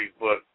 Facebook